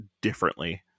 differently